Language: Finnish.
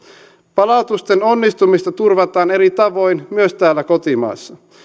palautusten onnistumista turvataan eri tavoin myös täällä kotimaassa